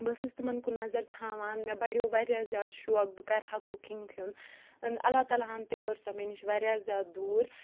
بہٕ ٲسٕس تِمَن کُن نظر تھاوان مےٚ بڑیو واریاہ زیادٕ شوق بہٕ کَرٕ ہا کُکِنٛگ ہُنٛد اللہ تعلیٰ ہن تہِ کٔر سۄ مےٚ نِش واریاہ زیادٕ دوٗر